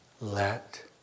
Let